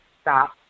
stop